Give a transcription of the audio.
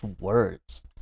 words